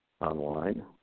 online